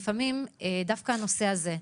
אבל דווקא הנושא הזה,